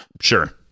Sure